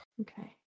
Okay